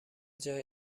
جای